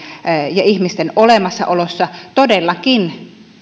ja ihmisten olemassaolosta todellakin